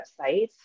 website